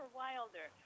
wilder